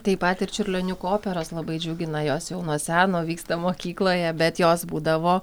taip pat ir čiurlioniukų operos labai džiugina jos jau nuo seno vyksta mokykloje bet jos būdavo